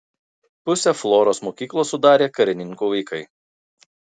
pusę floros mokyklos sudarė karininkų vaikai